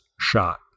shot